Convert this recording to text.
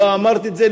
לא אמרתי את זה.